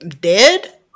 dead